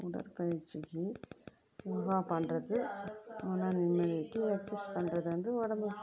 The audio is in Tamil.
உடற்பயிற்சிக்கு யோகா பண்ணுறது மன நிம்மதிக்கு எக்சசைஸ் பண்ணுறது வந்து உடம்புக்கு